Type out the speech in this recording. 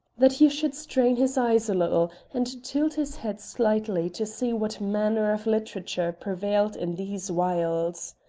that he should strain his eyes a little and tilt his head slightly to see what manner of literature prevailed in these wilds.